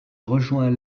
rejoint